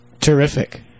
Terrific